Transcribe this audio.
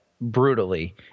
brutally